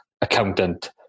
accountant